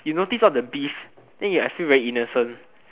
you notice all the beef then you must feel very innocent